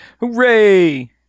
Hooray